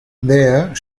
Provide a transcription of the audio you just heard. there